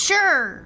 Sure